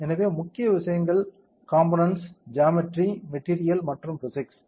எனவே முக்கிய விஷயங்கள் காம்போனென்ட்ஸ் ஜாமெட்ரி மெட்டீரியல் மற்றும் பிசிக்ஸ்